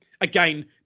Again